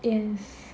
yes